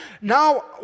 Now